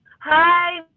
Hi